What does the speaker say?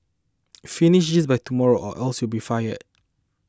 finish this by tomorrow or else you'll be fired